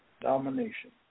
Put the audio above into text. domination